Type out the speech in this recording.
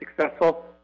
successful